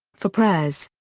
for prayers.